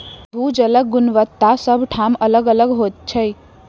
भू जलक गुणवत्ता सभ ठाम अलग अलग होइत छै